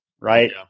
right